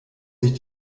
sich